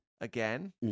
again